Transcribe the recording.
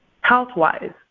Health-wise